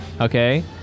okay